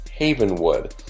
Havenwood